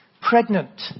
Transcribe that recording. pregnant